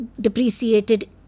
depreciated